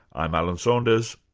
i'm alan saunders,